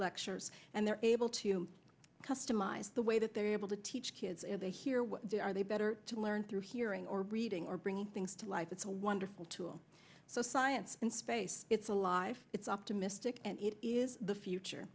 lectures and they're able to customize the way that they're able to teach kids to hear what are they better to learn through hearing or reading or bringing things to life it's a wonderful tool so science and space it's alive it's optimistic and it is the future